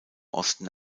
osten